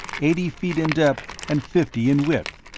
eighty feet in depth and fifty in width,